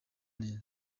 neza